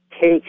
take